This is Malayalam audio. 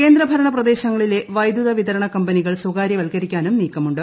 കേന്ദ്ര ഭരണ പ്രദേശങ്ങളിലെ വൈദ്യുത വിതരണ കമ്പനികൾ സ്വകാര്യവത്കരിക്കാനും നീക്കമുണ്ട്